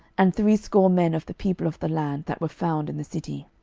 and threescore men of the people of the land that were found in the city